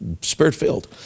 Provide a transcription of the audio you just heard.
spirit-filled